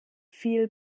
viel